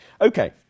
Okay